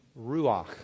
Ruach